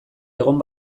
egon